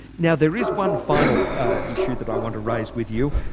now there is one final issue that i want to raise with you.